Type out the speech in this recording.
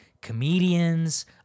comedians